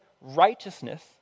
righteousness